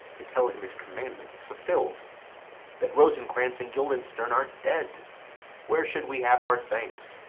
to tell him his commandment is fulfill'd that rosencrantz and guildenstern are dead where should we have our thanks?